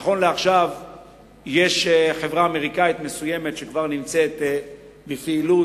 נכון לעכשיו יש חברה אמריקנית מסוימת שכבר נמצאת בפעילות,